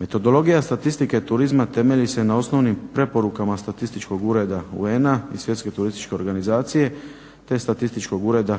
Metodologija statistike turizma temelji se na osnovnim preporukama statističkog ureda UN-a i Svjetske turističke organizacije te statističkog ureda